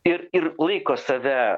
ir ir laiko save